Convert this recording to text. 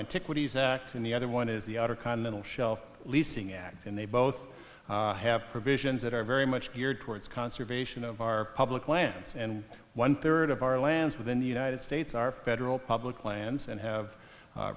antiquities act and the other one is the outer continental shelf leasing act and they both have provisions that are very much geared towards conservation of our public lands and one third of our lands within the united states are federal public lands and have